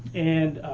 and